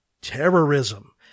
terrorism